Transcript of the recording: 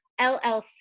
LLC